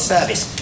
Service